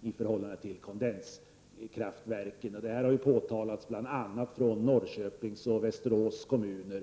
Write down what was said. energi från kondenskraftverken. Detta har bl.a. påtalats från Norrköpings och Västerås kommuner.